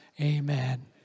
Amen